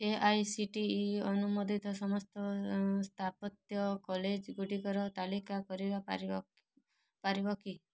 A I C T E ଅନୁମୋଦିତ ସମସ୍ତ ସ୍ଥାପତ୍ୟ କଲେଜ୍ ଗୁଡ଼ିକର ତାଲିକା କରିବା ପାରିବ କି